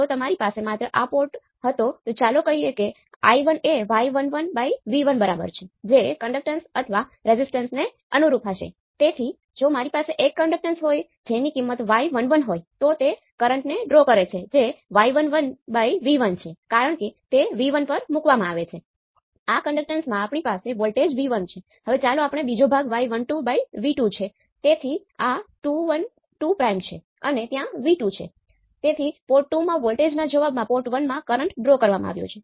જો V0 ખૂબ નાનું હોય તો તેને મજબૂત ધનાત્મક રીતે ચલાવવામાં આવે છે અને જો V0 ખૂબ મોટું હોય તો તેને મજબૂત ઋણાત્મક રીતે ચલાવવામાં આવે છે